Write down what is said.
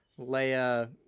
Leia